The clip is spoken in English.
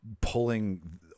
pulling